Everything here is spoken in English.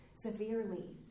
severely